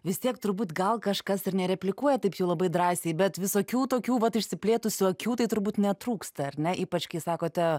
vis tiek turbūt gal kažkas ir nereplikuoja taip jau labai drąsiai bet visokių tokių vat išsiplėtusių akių tai turbūt netrūksta ar ne ypač kai sakote